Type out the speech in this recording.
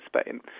Spain